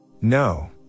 No